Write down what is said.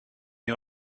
ihr